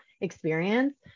experience